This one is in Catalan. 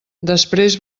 després